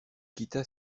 quitta